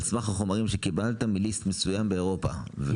סמך החומרים שקיבלת מ-list מסוים באירופה.